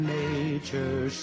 nature